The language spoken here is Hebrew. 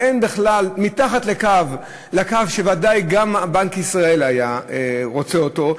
מתחת לקו שוודאי גם בנק ישראל היה רוצה אותו,